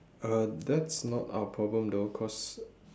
uh that's not our problem though cause